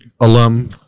alum